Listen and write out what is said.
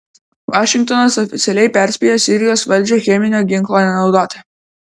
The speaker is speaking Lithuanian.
vašingtonas oficialiai perspėjo sirijos valdžią cheminio ginklo nenaudoti